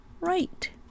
right